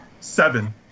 seven